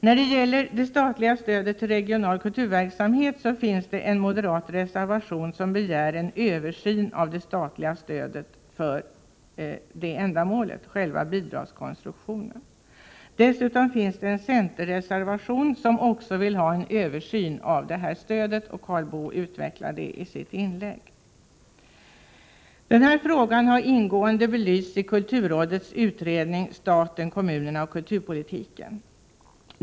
När det gäller det statliga stödet till regional kulturverksamhet begärs i en moderatreservation en översyn av det statliga stödet för det ändamålet. Det gäller själva bidragskonstruktionen. Dessutom finns det en centerreservation där man begär en översyn av detta stöd. Karl Boo utvecklade detta i sitt inlägg. Denna fråga har ingående belysts i kulturrådets utredning Staten, kommunerna och kulturpolitiken.